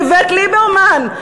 איווט ליברמן.